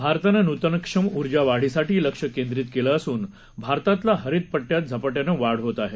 भारतानं नुतनक्षम उर्जावाढीसाठी लक्ष केंद्रीत केलं असून भारतातल्या हरित पट्ट्यात झपा ि्वानं वाढ होत आहे